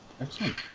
Excellent